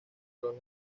los